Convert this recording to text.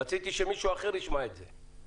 רציתי שמישהו אחר ישמע את זה.